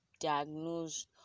diagnosed